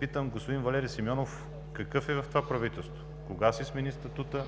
Питам: господин Валери Симеонов какъв е в това правителство, кога си смени статута?